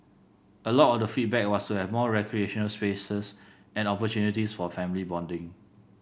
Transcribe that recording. a lot of the feedback was to have more recreational spaces and opportunities for family bonding